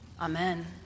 Amen